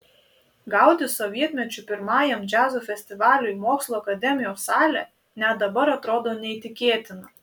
gauti sovietmečiu pirmajam džiazo festivaliui mokslų akademijos salę net dabar atrodo neįtikėtina